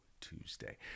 Tuesday